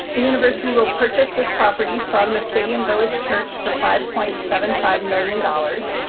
the university will purchase this property from the stadium village church for five point seven five million dollars.